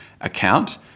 account